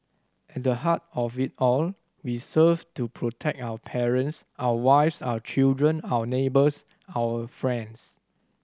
at the heart of it all we serve to protect our parents our wives our children our neighbours our friends